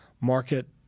market